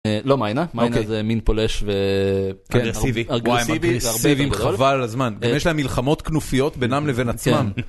לא מיינה, מיינה זה מין פולש ואגרסיבי. וואי, הם אגרסיביים חבל על הזמן. יש להם מלחמות כנופיות בינם לבין עצמם.